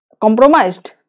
compromised